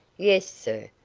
yes, sir.